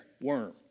Worm